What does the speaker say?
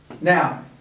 Now